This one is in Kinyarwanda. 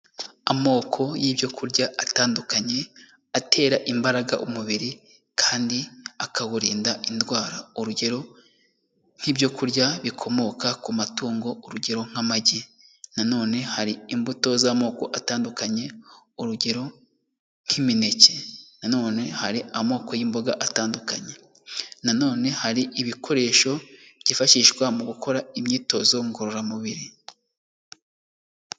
Amoko y'ibyo kurya atandukanye, atera imbaraga umubiri kandi akawurinda indwara. Urugero nk'ibyo kurya bikomoka ku matungo, urugero nk'amagi, nanone hari imbuto z'amoko atandukanye, urugero nk'imineke. Nanone hari amoko y'imboga atandukanye. Nanone hari ibikoresho byifashishwa mu gukora imyitozo ngororamubiri.